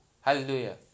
Hallelujah